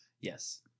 Yes